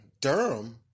Durham